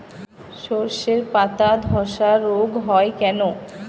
শর্ষের পাতাধসা রোগ হয় কেন?